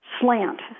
slant